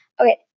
Okay